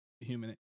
human